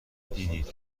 دیدید